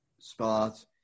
spots